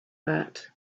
that